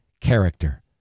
character